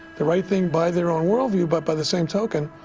the right thing by their own worldview. but by the same token,